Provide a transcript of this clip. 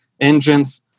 engines